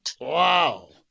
Wow